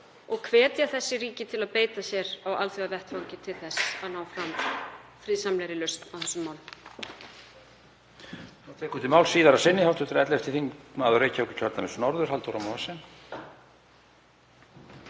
og hvetja þessi ríki til að beita sér á alþjóðavettvangi til þess að ná fram friðsamlegri lausn á þessum málum.